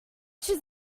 choose